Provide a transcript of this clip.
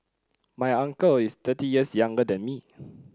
my uncle is thirty years younger than me